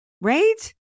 right